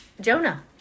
Jonah